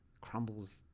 crumbles